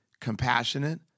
compassionate